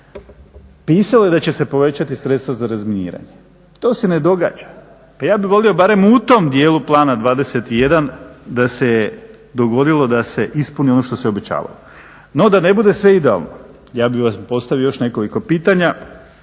pisalo je da će se povećati sredstva za razminiranje. To se ne događa. Pa ja bih volio barem u tom djelu Plana 21 da se dogodilo da se ispuni ono što se obećavalo. No da ne bude sve idealno ja bih vam postavio još nekoliko pitanja.